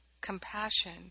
compassion